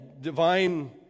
divine